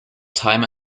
time